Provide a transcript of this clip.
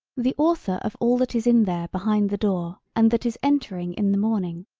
the author of all that is in there behind the door and that is entering in the morning.